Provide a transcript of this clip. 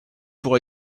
pour